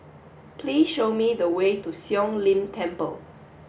please show me the way to Siong Lim Temple